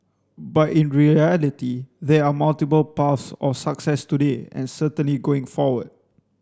but in reality there are multiple paths of success today and certainly going forward